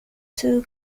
two